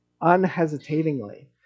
unhesitatingly